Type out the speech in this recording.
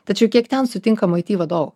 tačiau kiek ten sutinkama aity vadovų